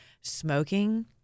Smoking